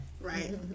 Right